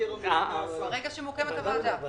כאשר מבקר המדינה כבר כתב דוח בעניין,